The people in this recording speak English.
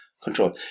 control